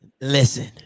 Listen